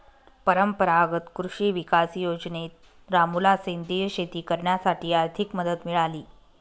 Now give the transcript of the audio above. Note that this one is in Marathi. परंपरागत कृषी विकास योजनेत रामूला सेंद्रिय शेती करण्यासाठी आर्थिक मदत मिळाली